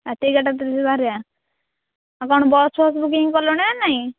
ରାତି ଏଗାର୍ଟା ବାହାରିବା ଆଉ କ'ଣ ବସ୍ ଫସ୍ ବୁକିଙ୍ଗ୍ କଲଣି ନା ନାହିଁ